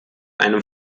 einem